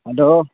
hello